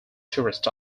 tourists